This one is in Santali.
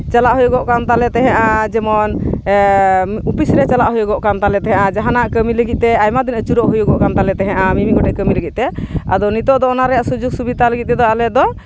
ᱪᱟᱞᱟᱜ ᱦᱩᱭᱩᱜᱚᱜ ᱛᱟᱞᱮ ᱛᱟᱦᱮᱸᱜᱼᱟ ᱡᱮᱢᱚᱱ ᱚᱯᱷᱤᱥ ᱨᱮ ᱪᱟᱞᱟᱜ ᱦᱩᱭᱩᱜᱚᱜ ᱛᱟᱞᱮ ᱛᱟᱦᱮᱸᱜᱼᱟ ᱡᱟᱦᱟᱱᱟᱜ ᱠᱟᱹᱢᱤ ᱞᱟᱹᱜᱤᱫ ᱛᱮ ᱟᱭᱢᱟ ᱫᱤᱱ ᱟᱹᱪᱩᱨᱚᱜ ᱦᱩᱭᱩᱜᱚᱜ ᱛᱟᱞᱮ ᱛᱟᱦᱮᱸᱜᱼᱟ ᱢᱤᱢᱤᱫ ᱜᱚᱴᱮᱡ ᱠᱟᱹᱢᱤ ᱞᱟᱹᱜᱤᱫ ᱛᱮ ᱟᱫᱚ ᱱᱤᱛᱚᱜ ᱫᱚ ᱚᱱᱟ ᱨᱮᱭᱟᱜ ᱥᱩᱡᱳᱜ ᱥᱩᱵᱤᱫᱷᱟ ᱞᱟᱹᱜᱤᱫ ᱛᱮᱫᱚ ᱟᱞᱮ ᱫᱚ